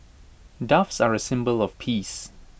doves are A symbol of peace